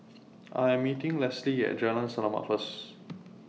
I Am meeting Leslee At Jalan Selamat First